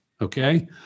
Okay